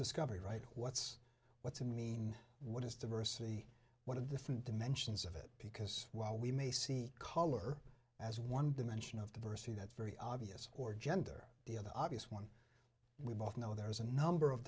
discovery right what's what's it mean what is diversity what a different dimensions of it because while we may see color as one dimension of diversity that's very obvious or gender the other obvious one we both know there is a number of